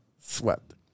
swept